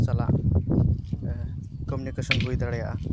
ᱥᱟᱞᱟᱜ ᱠᱚᱢᱤᱭᱩᱱᱤᱠᱮᱥᱚᱱ ᱦᱩᱭ ᱫᱟᱲᱮᱭᱟᱜᱼᱟ